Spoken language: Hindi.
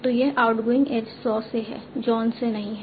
तो यह आउटगोइंग एज सॉ से है जॉन से नहीं है